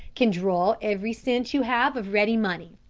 can draw every cent you have of ready money.